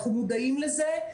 אנחנו מודעים לזה.